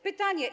Pytania.